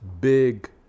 Big